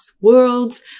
Worlds